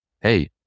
Hey